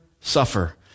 suffer